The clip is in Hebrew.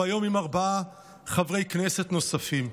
והיום עם ארבעה חברי כנסת נוספים.